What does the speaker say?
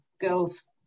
girls